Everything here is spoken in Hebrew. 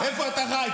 איפה אתה חי?